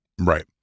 Right